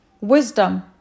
wisdom